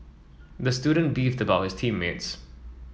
the student beefed about his team mates